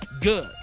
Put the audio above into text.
good